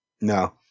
no